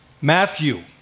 Matthew